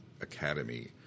Academy